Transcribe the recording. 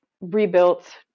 rebuilt